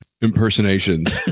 impersonations